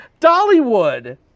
Dollywood